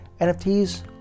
NFTs